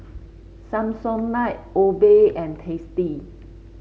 Samsonite Obey and Tasty